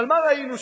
אבל מה ראינו שם,